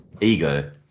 Ego